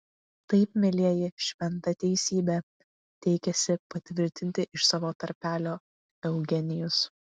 taip mielieji šventa teisybė teikėsi patvirtinti iš savo tarpelio eugenijus